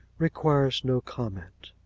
requires no comment.